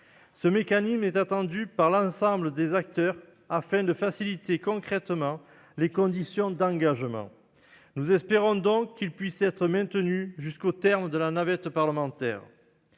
Ce mécanisme est attendu par l'ensemble des acteurs, afin de faciliter concrètement les conditions d'engagement. Nous espérons donc qu'il puisse être maintenu jusqu'au terme de la navette parlementaire.